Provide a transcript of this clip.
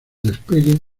despegue